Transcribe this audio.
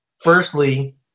Firstly